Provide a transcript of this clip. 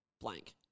blank